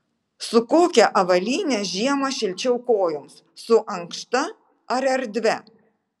su kokia avalyne žiemą šilčiau kojoms su ankšta ar erdvia